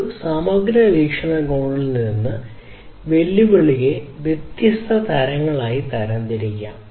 ഒരു സമഗ്ര വീക്ഷണകോണിൽ നിന്ന് വെല്ലുവിളികളെ വ്യത്യസ്ത തരങ്ങളായി തരംതിരിക്കാം